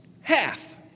half